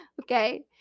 Okay